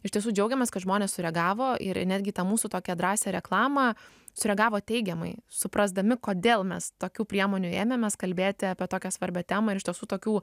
iš tiesų džiaugiamės kad žmonės sureagavo ir netgi į tą mūsų tokią drąsią reklamą sureagavo teigiamai suprasdami kodėl mes tokių priemonių ėmėmės kalbėti apie tokią svarbią temą ir iš tiesų tokių